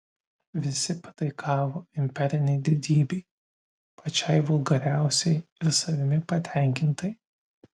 visi pataikavo imperinei didybei pačiai vulgariausiai ir savimi patenkintai